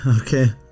Okay